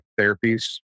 therapies